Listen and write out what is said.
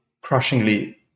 crushingly